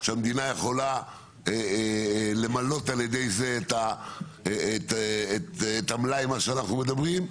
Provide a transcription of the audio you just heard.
שהמדינה יכולה למלא על ידי זה את המלאי מה שאנחנו מדברים.